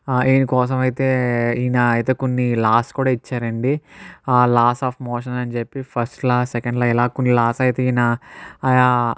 ఈయన కోసమైతే ఈయన అయితే కొన్ని లాస్ కూడా ఇచ్చారండి లాస్ ఆఫ్ మోషన్ అని చెప్పి ఫస్ట్ లా సెకండ్ లా ఇలా కొన్ని లాస్ అయితే ఈయన